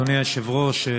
אדוני היושב-ראש,